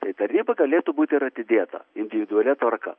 tai tarnyba galėtų būt ir atidėta individualia tvarka